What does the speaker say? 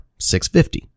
650